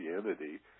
Christianity